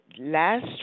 last